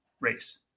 race